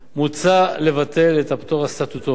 מוצע לבטל את הפטור הסטטוטורי,